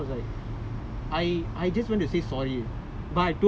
நான் அவர்ட்டே வந்து சொல்லலே நீ அப்படினு:naan avartae vanthu sollalae nee appadinu then I was like